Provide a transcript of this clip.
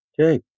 Okay